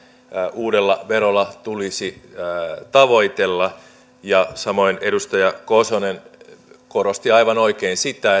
uudella verolla tulisi tavoitella samoin edustaja kosonen korosti aivan oikein sitä